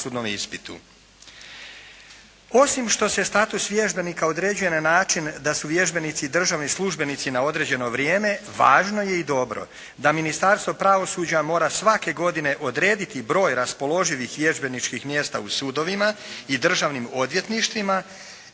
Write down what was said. Osim što se status vježbenika određuje na način da su vježbenici državni službenici na određeno vrijeme, važno je i dobro da Ministarstvo pravosuđa mora svake godine odrediti broj raspoloživih vježbeničkih mjesta u sudovima i državnim odvjetništvima